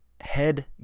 Head